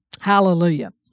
Hallelujah